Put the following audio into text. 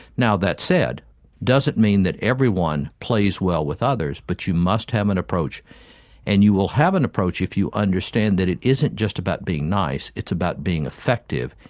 now, that said, it doesn't mean that everyone plays well with others, but you must have an approach and you will have an approach if you understand that it isn't just about being nice, it's about being effective.